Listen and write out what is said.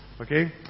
okay